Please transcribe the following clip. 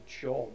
job